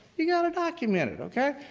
you've got to document it, okay?